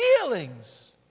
feelings